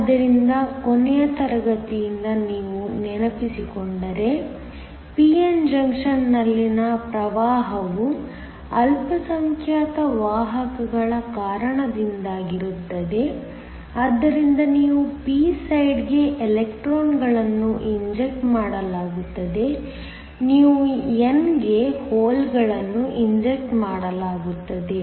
ಆದ್ದರಿಂದ ಕೊನೆಯ ತರಗತಿಯಿಂದ ನೀವು ನೆನಪಿಸಿಕೊಂಡರೆ pn ಜಂಕ್ಷನ್ನಲ್ಲಿನ ಪ್ರವಾಹವು ಅಲ್ಪಸಂಖ್ಯಾತ ವಾಹಕಗಳ ಕಾರಣದಿಂದಾಗಿರುತ್ತದೆ ಆದ್ದರಿಂದ ನೀವು p ಸೈಡ್ಗೆ ಎಲೆಕ್ಟ್ರಾನ್ಗಳನ್ನು ಇಂಜೆಕ್ಟ್ ಮಾಡಲಾಗುತ್ತದೆ ನೀವು n ಗೆ ಹೋಲ್ ಗಳನ್ನು ಇಂಜೆಕ್ಟ್ ಮಾಡಲಾಗುತ್ತದೆ